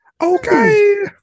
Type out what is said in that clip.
okay